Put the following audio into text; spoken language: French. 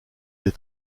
des